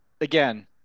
again